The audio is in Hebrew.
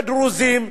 לדרוזים,